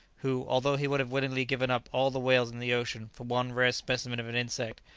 who, although he would have willingly given up all the whales in the ocean for one rare specimen of an insect,